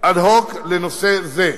אד-הוק לנושא זה,